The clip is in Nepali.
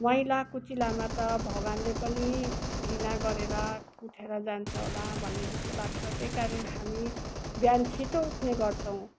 मैला कुचेलामा त भगवानले पनि घृणा गरेर उठेर जान्छ होला भन्ने जस्तो लाग्छ त्यही कारण हामी बिहान छिटो उठ्ने गर्छौँ